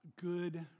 good